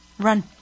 run